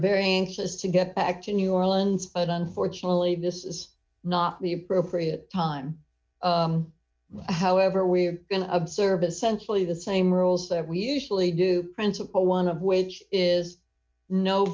very anxious to get back to new orleans but unfortunately this is not the appropriate time however we are going to observe essentially the same rules that we usually do principle one of which is no